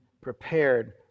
prepared